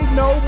no